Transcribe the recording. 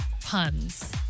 puns